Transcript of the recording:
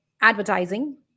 Advertising